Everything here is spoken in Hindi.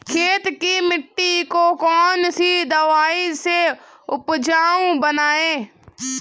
खेत की मिटी को कौन सी दवाई से उपजाऊ बनायें?